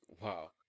Wow